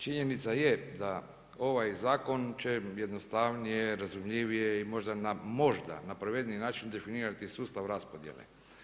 Činjenica je da ovaj zakon će jednostavnije razumljivije i možda, možda na pravedniji način definirati sustav raspodjele.